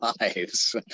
lives